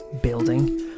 building